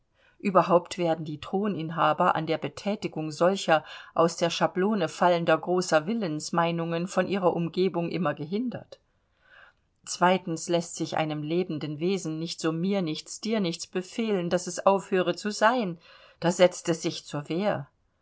überhaupt werden die throninhaber an der bethätigung solcher aus der schablone fallender großer willensmeinungen von ihrer umgebung immer gehindert zweitens läßt sich einem lebenden wesen nicht so mir nichts dir nichts befehlen daß es aufhöre zu sein da setzt es sich zur wehr